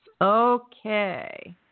Okay